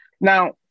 Now